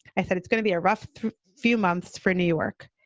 i said, it's gonna be a rough few months for new york.